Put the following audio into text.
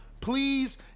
Please